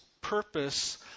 purpose